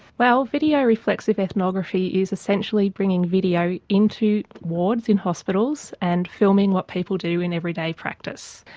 well, video reflexive ethnography is essentially bringing video into wards in hospitals and filming what people do in everyday practice.